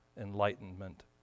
enlightenment